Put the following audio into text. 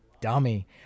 dummy